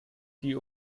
die